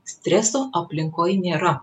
streso aplinkoj nėra